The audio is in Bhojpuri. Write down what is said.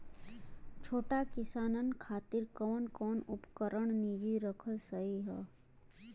छोट किसानन खातिन कवन कवन उपकरण निजी रखल सही ह?